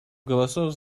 голосов